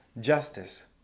justice